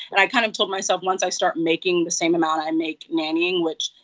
and i kind of told myself, once i start making the same amount i make nannying, which,